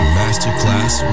masterclass